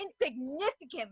insignificant